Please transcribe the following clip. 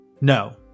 No